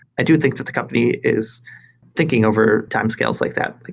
i do think that the company is thinking over time scales like that.